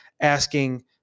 asking